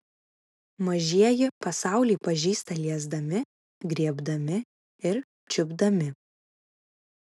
mažieji pasaulį pažįsta liesdami griebdami ir čiupdami